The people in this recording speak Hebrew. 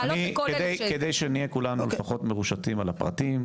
לעלות את כל אלה ש- כדי שנהיה כולנו יותר מרושתים על הפרטים,